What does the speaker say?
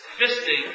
fisting